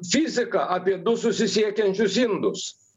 fiziką apie du susisiekiančius indus